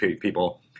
people